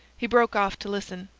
he broke off to listen.